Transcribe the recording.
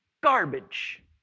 garbage